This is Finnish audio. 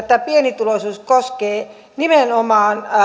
tämä pienituloisuus koskee nimenomaan